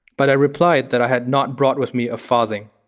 but i replied that i had not brought with me a farthing,